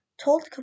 told